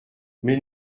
mais